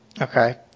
Okay